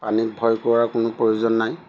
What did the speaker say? পানীত ভয় কৰা কোনো প্ৰয়োজন নাই